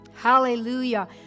Hallelujah